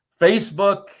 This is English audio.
Facebook